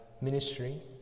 ministry